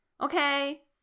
Okay